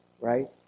right